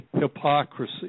hypocrisy